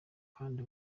kandi